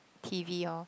T V orh